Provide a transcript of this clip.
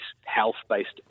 health-based